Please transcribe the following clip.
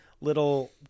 little